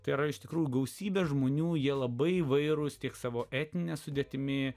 tai yra iš tikrųjų gausybę žmonių jie labai įvairūs tiek savo etnine sudėtimi